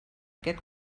aquest